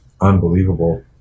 unbelievable